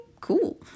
cool